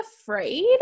afraid